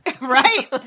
Right